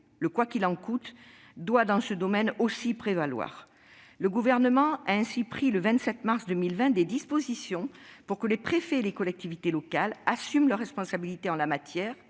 Le « quoi qu'il en coûte » doit, dans ce domaine aussi, prévaloir. Le Gouvernement a ainsi pris, le 27 mars 2020, des dispositions pour que les préfets et les collectivités locales assument leurs responsabilités en la matière